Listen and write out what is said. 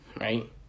right